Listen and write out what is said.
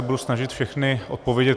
Budu se snažit všechny zodpovědět.